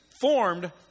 formed